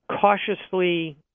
cautiously